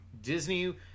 Disney